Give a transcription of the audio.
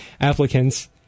applicants